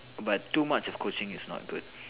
but too much of coaching is not good